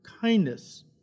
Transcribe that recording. kindness